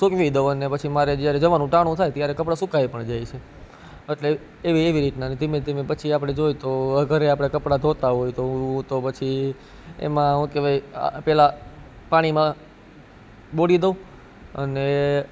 સૂકવી દઉં અને પછી મારે જ્યારે જવાનું ટાણું થાય ત્યારે કપળા સુકાઈ પણ જાય છે એટલે એવી એવી રીતના ધીમે ધીમે પછી આપણે જોઈ તો ઘરે આપળે કપડા ધોતાં હોઈ તો હું તો પછી એમાં હું કેવાય પેલા પાણીમાં બોળી દઉં અને